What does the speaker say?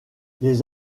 les